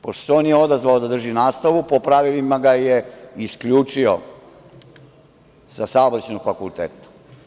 Pošto se on nije odazvao da drži nastavu, po pravilima ga je isključio sa Saobraćajnog fakulteta.